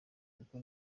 kuko